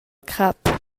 crap